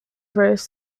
rose